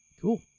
Cool